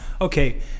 Okay